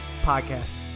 Podcast